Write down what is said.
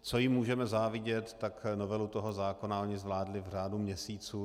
Co jim můžeme závidět, tak novelu toho zákona oni zvládli v řádu měsíců.